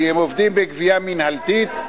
כי הם עובדים בגבייה מינהלתית, לוועדה,